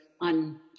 on